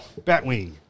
Batwing